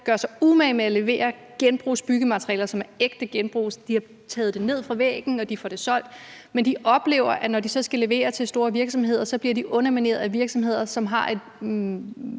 gør sig umage med at levere genbrugsbyggematerialer, som er ægte genbrug. De har taget det ned fra væggen, og de får det solgt, men de oplever, at de, når de så skal levere det til store virksomheder, bliver undermineret af virksomheder, som har en